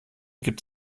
gibt